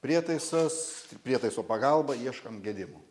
prietaisas prietaiso pagalba ieškom gedimų